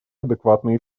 адекватные